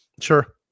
Sure